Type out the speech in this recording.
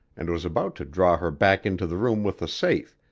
and was about to draw her back into the room with the safe,